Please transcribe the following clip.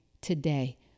today